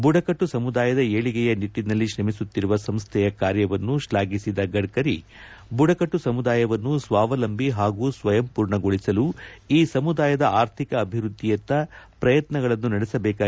ಬುಡಕಟ್ಟು ಸಮುದಾಯದ ಏಳಿಗೆಯ ನಿಟ್ಟನಲ್ಲಿ ಶ್ರಮಿಸುತ್ತಿರುವ ಸಂಸ್ಥೆಯ ಕಾರ್ಯವನ್ನು ಶ್ಲಾಘಿಸಿದ ಗಡ್ಡರಿ ಬುಡಕಟ್ಟು ಸಮುದಾಯವನ್ನು ಸ್ವಾವಲಂಬಿ ಹಾಗೂ ಸ್ವಯಂಮೂರ್ಣಗೊಳಿಸಲು ಈ ಸಮದಾಯದ ಅರ್ಥಿಕ ಅಭಿವೃದ್ಧಿಯತ್ತ ಪ್ರಯತ್ನಗಳನ್ನು ನಡೆಸಬೇಕಾಗಿದೆ ಎಂದು ಹೇಳಿದರು